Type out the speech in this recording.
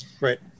Right